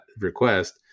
request